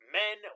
men